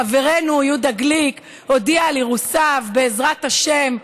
חברנו יהודה גליק הודיע על אירוסיו, בעזרת השם.